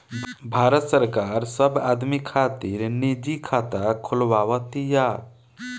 भारत सरकार सब आदमी खातिर निजी खाता खोलवाव तिया